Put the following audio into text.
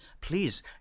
Please